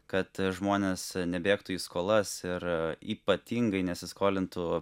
kad žmonės nebėgtų į skolas ir ypatingai nesiskolintų